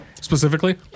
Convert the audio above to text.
specifically